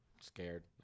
scared